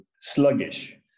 sluggish